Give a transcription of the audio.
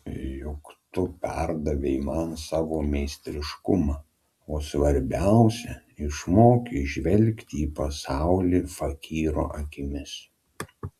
juk tu perdavei man savo meistriškumą o svarbiausia išmokei žvelgti į pasaulį fakyro akimis